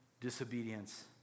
disobedience